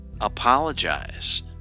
apologize